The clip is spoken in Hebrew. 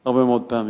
בהרבה מאוד פעמים.